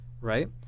right